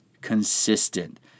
consistent